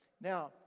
Now